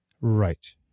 Right